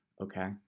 Okay